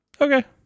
Okay